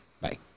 Bye